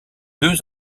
deux